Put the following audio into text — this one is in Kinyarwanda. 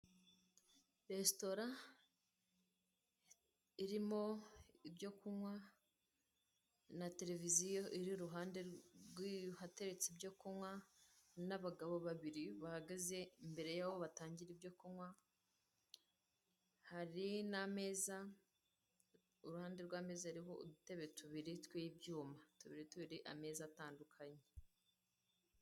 Resitora irimo ibyo kunywa na tereviziyo iri iruhande rw'ahatere ibyo kunywa, n'abagabo babiri bahagaze imbere yaho batangira ibyo kunywa, hari n'ameza, iruhande hari udutebe tubiri tw'ibyuma, tubiri tubiri ameza atanduaknye.